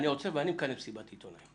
אני עוצר ואני מכנס מסיבת עיתונים.